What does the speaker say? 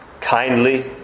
kindly